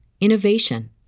innovation